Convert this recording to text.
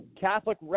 Catholic